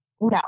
No